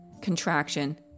Contraction